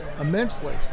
immensely